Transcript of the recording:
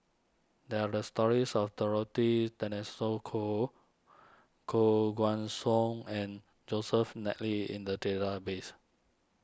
there are the stories of Dorothy Koh Koh Guan Song and Joseph McNally in the database